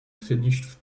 finished